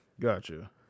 Gotcha